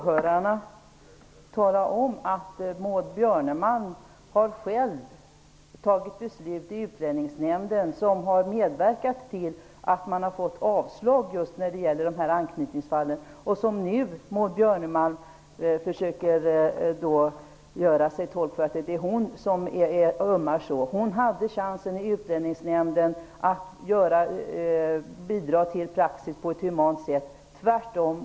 Herr talman! Jag vill för åhörarna tala om att Maud Björnemalm själv har fattat beslut i Utlänningsnämnden och medverkat till avslag när det gäller anknytningsfall. Nu försöker Maud Björnemalm göra gällande att det är hon som ömmar så för dessa människor. Hon hade chansen att bidra till ändrad praxis på ett humant sätt i Utlänningsnämnden.